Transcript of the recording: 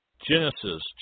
Genesis